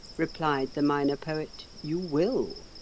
replied the minor poet, you will.